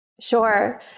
Sure